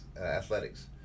athletics